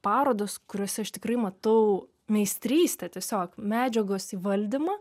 parodos kuriose aš tikrai matau meistrystę tiesiog medžiagos įvaldymą